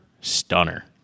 Stunner